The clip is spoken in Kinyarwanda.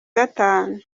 gatanu